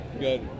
Good